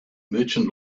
merchant